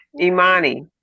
Imani